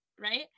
right